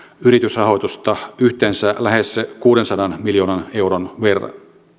yritysrahoitusta yhteensä lähes kuudensadan miljoonan euron verran